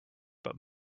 but